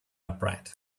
upright